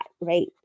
right